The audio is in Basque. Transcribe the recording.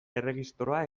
erregistroa